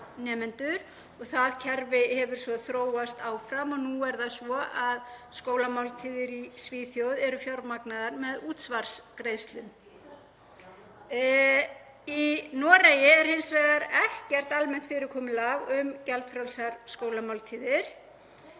Það kerfi hefur svo þróast áfram og nú er það svo að skólamáltíðir í Svíþjóð eru fjármagnaðar með útsvarsgreiðslum. Í Noregi er hins vegar ekkert almennt fyrirkomulag um gjaldfrjálsar skólamáltíðir